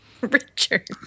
Richard